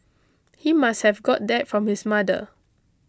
he must have got that from his mother